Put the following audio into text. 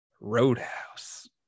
Roadhouse